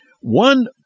One